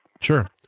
Sure